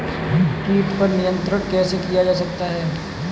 कीट पर नियंत्रण कैसे किया जा सकता है?